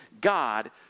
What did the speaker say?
God